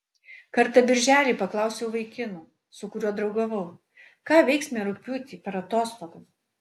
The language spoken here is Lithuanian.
kartą birželį paklausiau vaikino su kuriuo draugavau ką veiksime rugpjūtį per atostogas